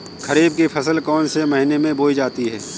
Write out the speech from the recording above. खरीफ की फसल कौन से महीने में बोई जाती है?